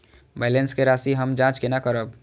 Balance के राशि हम जाँच केना करब?